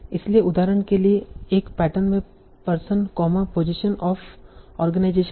इसलिए उदाहरण के लिए एक पैटर्न में person comma position of organization है